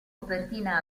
copertina